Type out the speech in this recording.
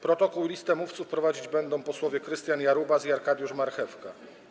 Protokół i listę mówców prowadzić będą posłowie Krystian Jarubas i Arkadiusz Marchewka.